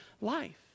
life